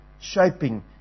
shaping